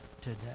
today